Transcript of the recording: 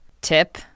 tip